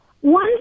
one